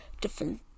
different